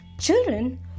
Children